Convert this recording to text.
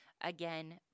Again